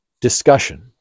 discussion